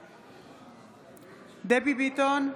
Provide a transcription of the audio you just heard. בעד דבי ביטון,